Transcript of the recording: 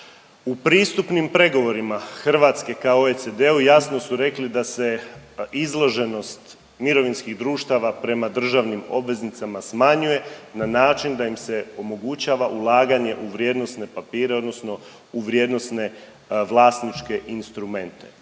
U pristupnim pregovorima Hrvatske kao OECD-u jasno su rekli da se izloženost mirovinskih društava prema državnim obveznicama smanjuje na način da im se omogućava ulaganje u vrijednosne papire odnosno u vrijednosne vlasničke instrumente.